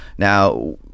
Now